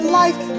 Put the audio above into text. life